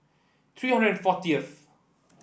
three hundred and fortieth